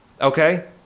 okay